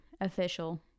official